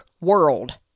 world